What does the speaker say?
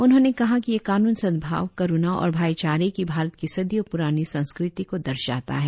उन्होंने कहा कि यह कानून सदभाव करुणा और भाई चारे की भारत की सदियों पुरानी संस्कृति को दर्शाता है